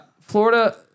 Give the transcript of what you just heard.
Florida